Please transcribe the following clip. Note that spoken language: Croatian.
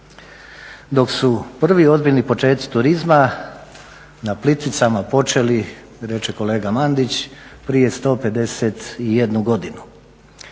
dok su prvi ozbiljni počeci turizma na Plitvicama počeli, reče kolega Mandić prije 151 godinu.